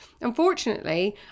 unfortunately